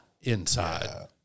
inside